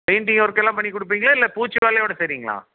painting ஒர்க்கெல்லாம் பண்ணிக் கொடுப்பீங்களா இல்லை பூச்சு வேலையோட சரிங்களா